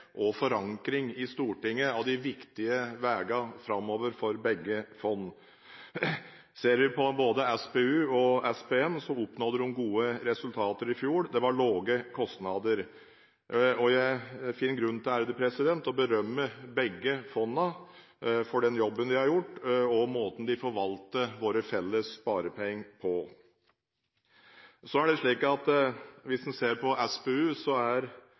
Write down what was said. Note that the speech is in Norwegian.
og forankring i Stortinget av de viktige veiene framover for begge fond. Ser vi på både SPU og SPN, oppnådde de gode resultater i fjor. Det var lave kostnader. Jeg finner grunn til å berømme begge fondene for den jobben man har gjort, og måten man forvalter våre felles sparepenger på. Hvis en ser på SPU, er